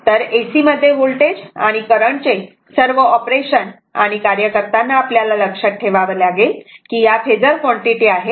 तर AC मध्ये voltage आणि करंट चे सर्व ऑपरेशन आणि कार्य करताना आपल्याला लक्षात ठेवावे लागेल की या फेजर क्वांटिटी आहेत